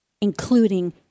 including